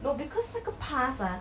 no because 那个 pass ah